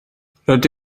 rydw